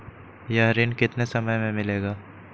यह ऋण कितने समय मे मिलेगा?